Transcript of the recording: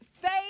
faith